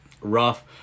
rough